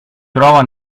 trova